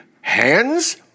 hands